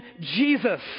Jesus